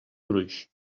gruix